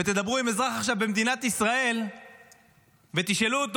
ותדברו עכשיו עם אזרח במדינת ישראל ותשאלו אותו: